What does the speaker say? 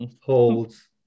holds